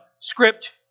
script